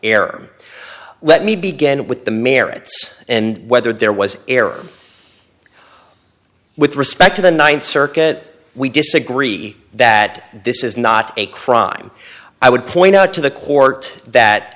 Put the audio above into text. error let me begin with the merits and whether there was error with respect to the ninth circuit we disagree that this is not a crime i would point out to the court that